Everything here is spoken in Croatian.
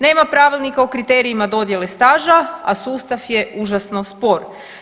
Nema pravilnika o kriterijima dodjele staža, a sustav je užasno spor.